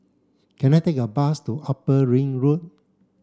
can I take a bus to Upper Ring Road